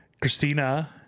Christina